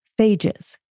phages